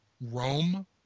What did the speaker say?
Rome